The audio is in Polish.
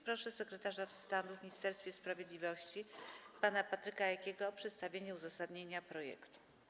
Proszę sekretarza stanu w Ministerstwie Sprawiedliwości pana Patryka Jakiego o przedstawienie uzasadnienia projektu.